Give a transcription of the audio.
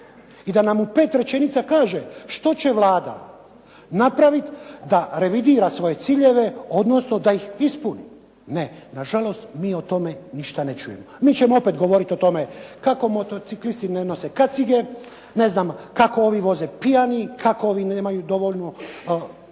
i da nam u pet rečenica kaže što će Vlada napravit da revidira svoje ciljeve, odnosno da ih ispuni. Ne, nažalost, mi o tome ništa ne čujemo. Mi ćemo opet govorit o tome kako motociklisti ne nose kacige, kako ovi voze pijani, kako ovi nemaju dovoljno